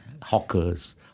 hawkers